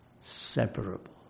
separable